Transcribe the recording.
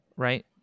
Right